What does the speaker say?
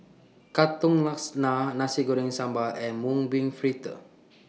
Katong Laksa Nasi Goreng Sambal and Mung Bean Fritters